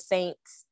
Saints